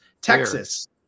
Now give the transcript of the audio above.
Texas